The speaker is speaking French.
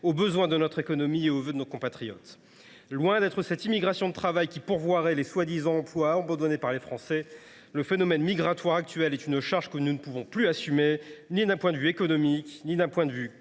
aux besoins de notre économie et aux vœux de nos compatriotes. Loin d’être cette immigration de travail qui pourvoirait les emplois prétendument abandonnés par les Français, le phénomène migratoire actuel est une charge que nous ne pouvons plus assumer, ni d’un point de vue économique ni d’un point de vue politique,